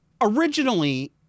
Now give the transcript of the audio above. originally